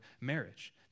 marriage